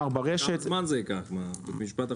כמה זמן זה ייקח אתה אופטימי מדי.